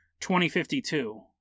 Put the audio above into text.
2052